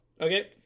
okay